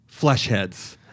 Fleshheads